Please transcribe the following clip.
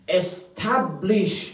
establish